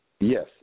Yes